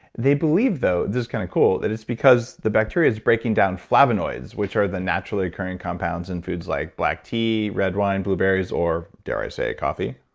they believe though. this is kind of cool. that it's because the bacteria is breaking down flavonoids which are the naturally occurring compounds in foods like black tea, red wine blueberries or, dare i say, coffee.